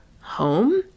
home